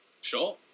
Sure